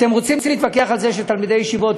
אתם רוצים להתווכח על זה שתלמידי ישיבות,